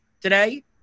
today